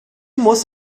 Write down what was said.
muss